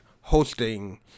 hosting